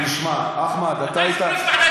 אתה יושב-ראש ועדת הפנים.